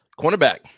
Cornerback